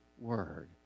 word